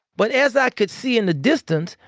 but as i could see in the distance,